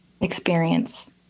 experience